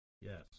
Yes